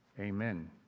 Amen